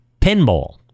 Pinball